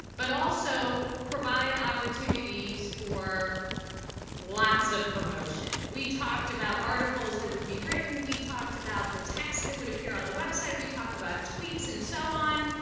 but also provide opportunities for lots of promotion. we talked about articles that would be written. we talked about the texts that would appear on the website. we talked about tweets and so on.